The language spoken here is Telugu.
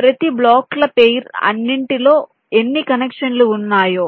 ప్రతి బ్లాకుల పెయిర్ అన్నింటిలో ఎన్ని కనెక్షన్లు ఉన్నాయో